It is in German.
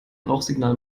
rauchsignal